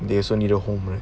they also need a home right